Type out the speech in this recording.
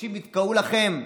החושים התקהו לכם?